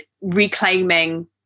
reclaiming